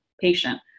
patient